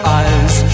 eyes